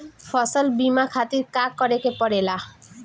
फसल बीमा खातिर का करे के पड़ेला?